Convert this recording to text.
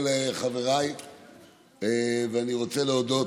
אם כך, שוב, עשרה בעד,